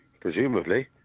presumably